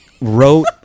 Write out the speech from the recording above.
wrote